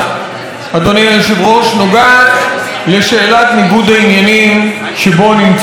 נוגעת לשאלת ניגוד העניינים שבו נמצאת השרה מירי רגב,